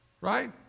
Right